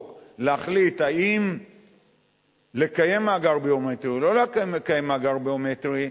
להחליט אם לקיים מאגר ביומטרי או לא לקיים מאגר ביומטרי,